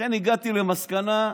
לכן הגעתי למסקנה: